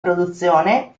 produzione